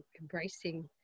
embracing